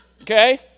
Okay